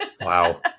Wow